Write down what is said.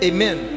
Amen